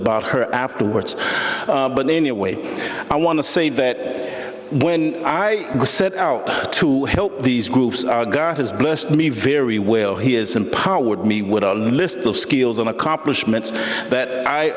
about her afterwards but anyway i want to say that when i set out to help these groups are god has blessed me very well he has empowered me with a list of skills and accomplishments that i